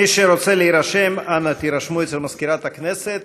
מי שרוצה להירשם, אנא הירשמו אצל מזכירת הכנסת.